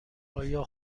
آیا